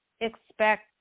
expect